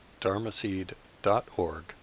dharmaseed.org